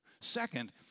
Second